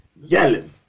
Yelling